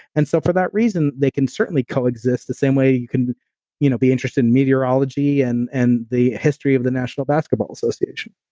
and so for that reason, they can certainly coexist the same way you can you know be interested in meteorology and and the history of the national basketball association